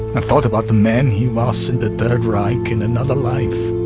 and thought about the man he was in the third reich in another life.